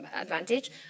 advantage